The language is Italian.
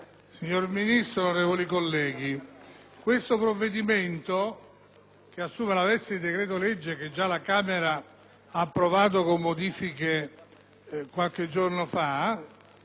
signor Ministro, onorevoli colleghi, questo provvedimento, che assume la veste di decreto-legge e che già la Camera ha approvato con modifiche il 27 gennaio